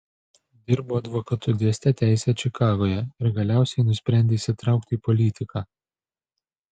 dirbo advokatu dėstė teisę čikagoje ir galiausiai nusprendė įsitraukti į politiką